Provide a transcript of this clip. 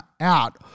out